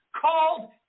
called